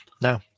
No